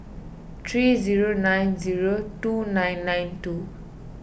three zero nine zero two nine nine two